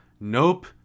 Nope